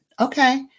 okay